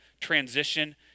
transition